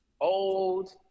old